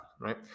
right